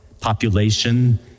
population